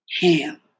Ham